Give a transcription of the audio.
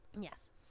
Yes